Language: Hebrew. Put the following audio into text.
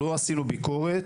לא עשינו ביקורת.